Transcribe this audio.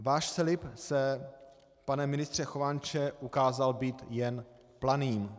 Váš slib se, pane ministře Chovanče, ukázal být jen planým.